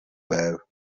байв